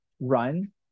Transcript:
run